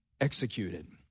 executed